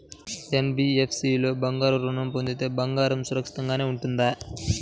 NBFC లో బంగారు ఋణం పొందితే బంగారం సురక్షితంగానే ఉంటుందా?